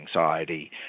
anxiety